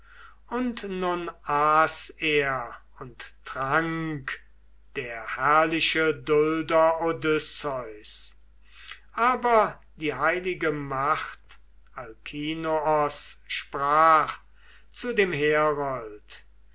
und nun aß er und trank der herrliche dulder odysseus aber die heilige macht alkinoos sprach zu dem herold